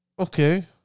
Okay